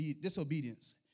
disobedience